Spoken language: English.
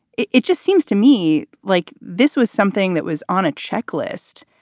it it just seems to me like this was something that was on a checklist.